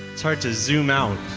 it's hard to zoom out,